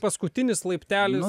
paskutinis laiptelis